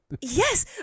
yes